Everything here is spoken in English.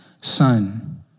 son